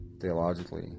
theologically